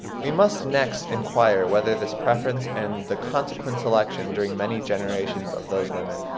we must next inquire whether this preference and the consequent selection during many generations of those women,